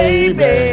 Baby